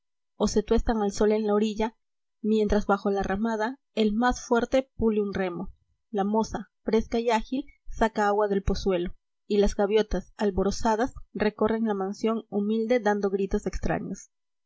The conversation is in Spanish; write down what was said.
o se tuestan al so en la orilla mientras bajo la ramada el más fuerte pule un vmo la moza fresca y ágil saca agua del pozuelo y las gaviotas alborozadas recorren la mansión humilde dando gritos extraños